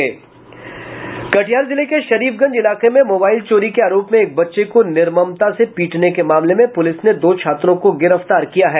कटिहार जिले के शरीफगंज इलाके में मोबाइल चोरी के आरोप में एक बच्चे को निर्ममता से पीटने के मामले में पुलिस ने दो छात्रों को गिरफ्तार किया है